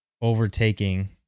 overtaking